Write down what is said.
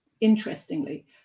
interestingly